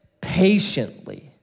patiently